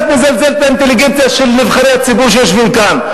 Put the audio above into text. נניח שאת מזלזלת באינטליגנציה של נבחרי הציבור שיושבים כאן,